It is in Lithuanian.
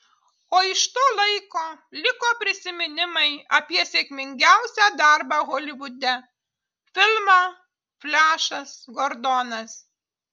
o iš to laiko liko prisiminimai apie sėkmingiausią darbą holivude filmą flešas gordonas